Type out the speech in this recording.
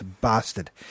bastard